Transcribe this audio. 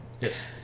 Yes